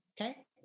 okay